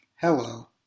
Hello